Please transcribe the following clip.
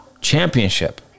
Championship